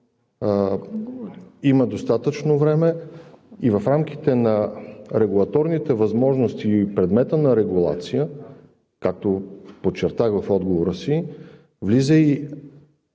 Има достатъчно време и в рамките на регулаторните възможности и предмета на регулация, както подчертах в отговора си, влиза и